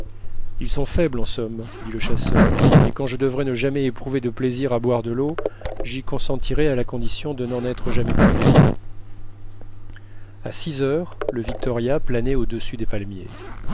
ils sont faibles en somme dit le chasseur et quand je devrais ne jamais éprouver de plaisir à boire de l'eau j'y consentirais à la condition de n'en être jamais privé a six heures le victoria planait au-dessus des palmiers